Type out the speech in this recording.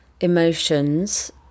emotions